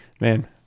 man